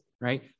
right